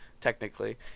technically